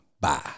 bye